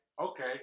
okay